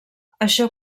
això